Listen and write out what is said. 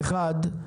האחד,